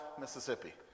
Mississippi